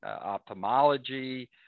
ophthalmology